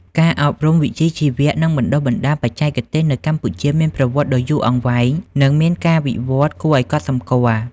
ការអប់រំវិជ្ជាជីវៈ និងបណ្ដុះបណ្ដាលបច្ចេកទេស នៅកម្ពុជាមានប្រវត្តិដ៏យូរអង្វែង និងមានការវិវត្តន៍គួរឱ្យកត់សម្គាល់។